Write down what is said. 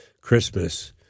Christmas